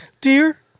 Dear